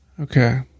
Okay